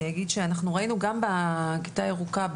אני אגיד שאנחנו ראינו גם בכיתה הירוקה,